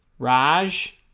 rog